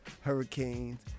hurricanes